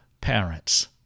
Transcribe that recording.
parents